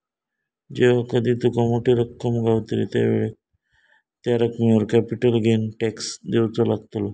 जेव्हा कधी तुका मोठी रक्कम गावतली त्यावेळेक त्या रकमेवर कॅपिटल गेन टॅक्स देवचो लागतलो